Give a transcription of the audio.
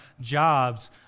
jobs